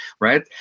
right